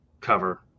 cover